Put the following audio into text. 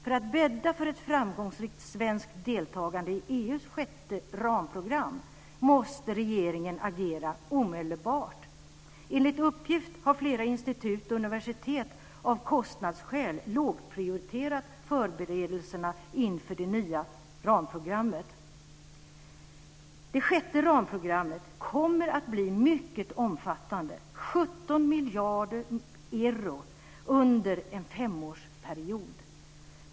För att bädda för ett framgångsrikt svenskt deltagande i EU:s sjätte ramprogram måste regeringen agera omedelbart. Enligt uppgift har flera institut och universitet av kostnadsskäl lågprioriterat förberedelserna inför det nya ramprogrammet. Det sjätte ramprogrammet kommer att bli mycket omfattande - 17 miljarder euro under en femårsperiod.